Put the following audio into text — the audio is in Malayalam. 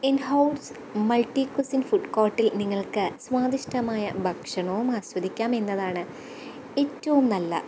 ഇന്ഹൗസ്സ് മള്ട്ടി കുസീന് ഫുഡ് കോര്ട്ടില് നിങ്ങള്ക്കു സ്വാദിഷ്ടമായ ഭക്ഷണവും ആസ്വദിക്കാമെന്നതാണ് ഏറ്റവും നല്ല